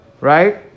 right